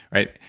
right?